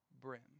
brim